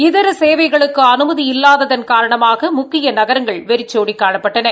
இதர சேவைகளுக்கு அனுமதி இல்லாததள் காரணமாக முக்கிய நகரங்கள் வெறிச்சோடி காணப்பட்டன